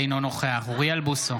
אינו נוכח אוריאל בוסו,